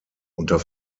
unter